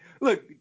look